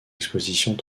expositions